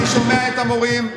אני שומע את ההורים,